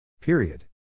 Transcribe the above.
Period